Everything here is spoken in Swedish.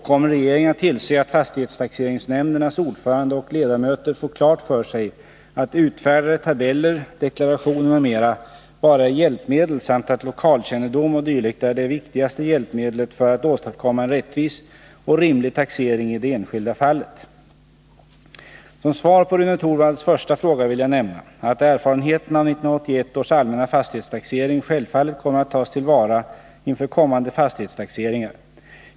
Kommer regeringen att tillse att fastighetstaxeringsnämndernas ordförande och ledamöter får klart för sig att utfärdade tabeller, deklarationer m.m. bara är hjälpmedel samt att lokalkännedom o.d. är det viktigaste hjälpmedlet för att åstadkomma en rättvis och rimlig taxering i det enskilda fallet? Som svar på Rune Torwalds första fråga vill jag nämna att erfarenheterna av 1981 års allmänna fastighetstaxering självfallet kommer att tas till vara inför kommande fastighetstaxeringar.